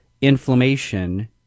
inflammation